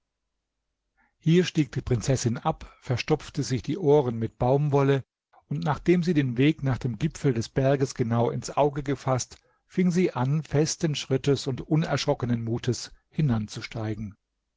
hier stieg die prinzessin ab verstopfte sich die ohren mit baumwolle und nachdem sie den weg nach dem gipfel des berges genau ins auge gefaßt fing sie an festen schrittes und unerschrockenen mutes hinanzusteigen